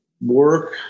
work